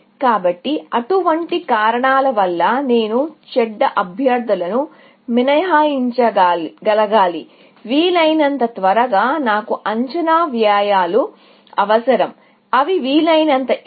కాబట్టి అటువంటి కారణాల వల్ల నేను చెడ్డ అభ్యర్థులను మినహాయించగలగాలి వీలైనంత త్వరగా నాకు అంచనా వ్యయాలు అవసరం అవి వీలైనంత ఎక్కువ